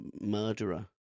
murderer